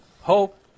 hope